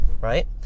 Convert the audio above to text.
right